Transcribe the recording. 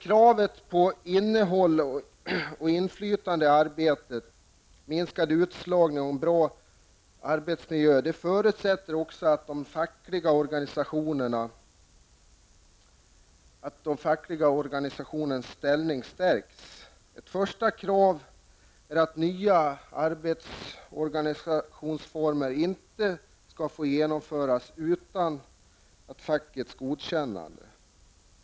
Kravet på innehåll och inflytande i arbetet, minskad utslagning och bra arbetsmiljö förutsätter att de fackliga organisationernas ställning stärks. Ett första krav är att nya arbetsorganisationsformer inte skall få genomföras utan fackets godkännande.